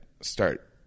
start